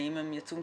האם הם יצומצמו?